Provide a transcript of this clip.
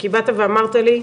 כי באת ואמרת לי,